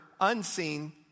unseen